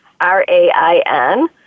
R-A-I-N